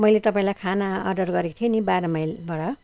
मैले तपाईँलाई खाना अर्डर गरेको थिएँ नि बाह्र माइलबाट